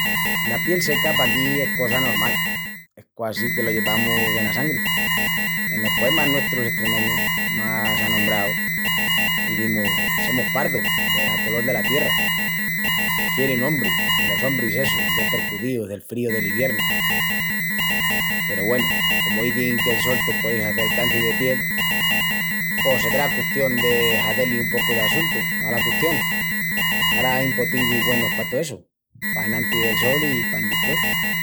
La piel seca paquí es cosa normal, es quasi que lo llevamus ena sangri. Enos poemas nuestrus estremeñus más anombraus izimus: semus pardus, dela colol dela tierra. Quieri un ombri, delos ombris essus, ya percudíus del fríu del iviernu. Peru, güenu, comu izin que'l sol te puei hazel canci de piel pos sedrá custión de hazé-li un pocu d'assuntu ala custión. Ara ain potinguis güenus pa tó essu, pa enantis del sol i pa endispués.